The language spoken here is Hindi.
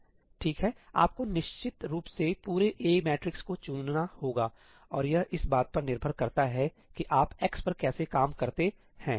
ठीक है आपको निश्चित रूप से पूरे A मैट्रिक्स को चुनना होगा और यह इस बात पर निर्भर करता है कि आप x पर कैसे काम करते हैं